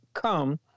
Come